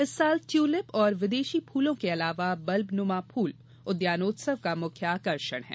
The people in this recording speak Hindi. इस वर्ष ट्यूलिप और विदेशी फूलों के अलावा बल्बनुमा फूल उद्यानोत्सव का मुख्य आकर्षण हैं